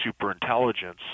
superintelligence